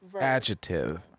Adjective